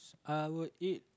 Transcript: I would eat